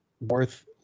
worth